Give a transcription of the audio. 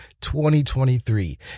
2023